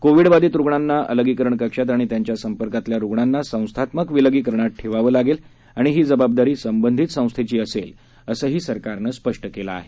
Covid बाधित रुग्णांना अलगीकरण कक्षात आणि त्यांच्या संपर्कातल्या रुग्णांना संस्थात्मक विलगीकरणात ठेवावं लागेल आणि ही जबाबदारी संबंधित संस्थेची असेल असंही सरकारनं स्पष्ट केलंय